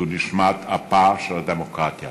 זו נשמת אפה של הדמוקרטיה,